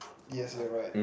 yes you're right